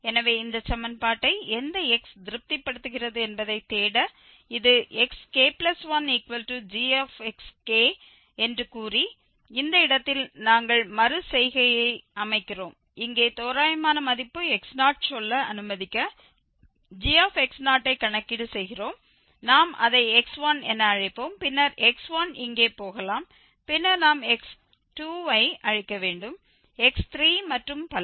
எனவே இந்த சமன்பாட்டை எந்த x திருப்திப்படுத்துகிறது என்பதைத் தேட இது xk1gxk என்று கூறி இந்த இடத்தில் நாங்கள் மறு செய்கையை அமைக்கிறோம் இங்கே தோராயமான மதிப்பு x0 சொல்ல அனுமதிக்க g ஐக்கணக்கிடு செய்கிறோம் நாம் அதை x1 என அழைப்போம் பின்னர் x1 இங்கே போகலாம் பின்னர் நாம் x2 ஐ அழைக்க வேண்டும் x3 மற்றும் பல